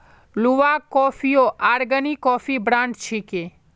Luwak कॉफियो अग्रणी coffee brand छिके